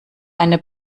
eine